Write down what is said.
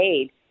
aid